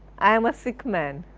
i am ah sick man,